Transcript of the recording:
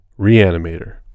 reanimator